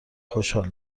خوشحال